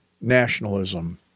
nationalism